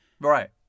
right